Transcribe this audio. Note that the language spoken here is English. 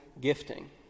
gifting